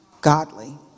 godly